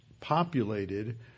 populated